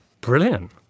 Brilliant